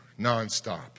nonstop